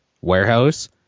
warehouse